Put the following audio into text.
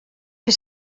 què